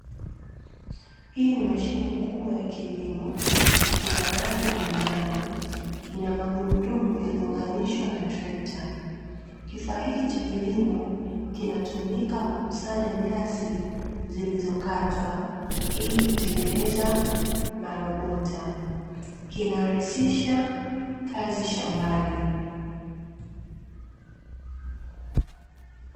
Hii ni mashine kubwa ya kilimo, ina rangi ya manjano, ina magurudumu yaliyounganishwa na trekta. Kifaa hiki cha kilimo kinatumika kukusanya nyasi zilizokatwa, ili kutengeneza marobota. Kinarahisisha kazi shambani.